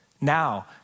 now